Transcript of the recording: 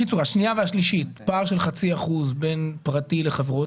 השנייה והשלישית פער של חצי אחוז בין פרטי לחברות?